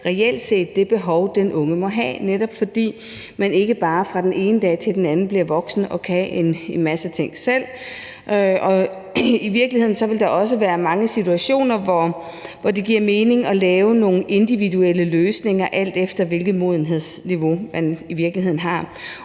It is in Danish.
følge det behov, den unge må have, netop fordi man ikke bare fra den ene dag til den anden bliver voksen og kan en masse ting selv. I virkeligheden ville der også være mange situationer, hvor det giver mening at lave nogle individuelle løsninger, alt efter hvilket modenhedsniveau man i virkeligheden har.